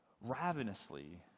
Ravenously